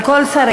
על כל שריה,